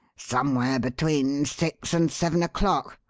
somewhere between six and seven o'clock.